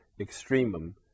extremum